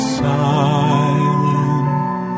silent